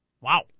Wow